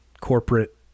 corporate